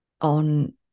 on